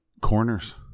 corners